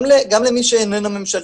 גם למי שאיננו ממשלתי,